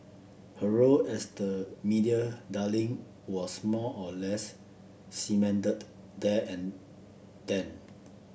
her role as the media darling was more or less cemented there and then